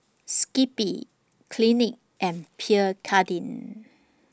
Skippy Clinique and Pierre Cardin